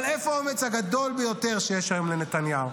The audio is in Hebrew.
אבל איפה האומץ הגדול ביותר שיש היום לנתניהו?